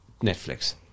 Netflix